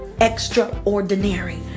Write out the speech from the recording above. extraordinary